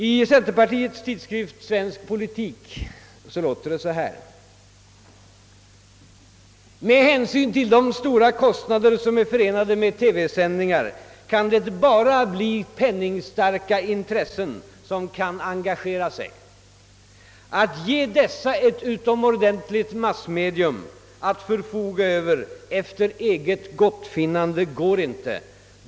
I centerpartiets tidskrift »Svensk politik» låter det så här: »Med hänsyn till de stora kostnader som är förenade med TV-sändningar kan det bara bli penningstarka intressen som kan engagera sig. Att ge dessa ett utomordentligt massmedium att förfoga över efter eget gottfinnande går inte.